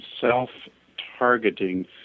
self-targeting